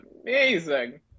amazing